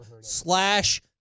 slash